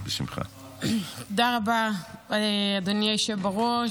תודה רבה, אדוני היושב בראש.